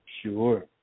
Sure